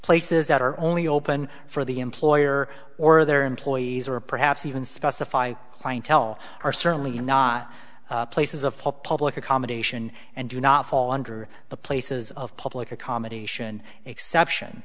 places that are only open for the employer or their employees or perhaps even specify clientele are certainly not places a public accommodation and do not fall under the places of public accommodation exception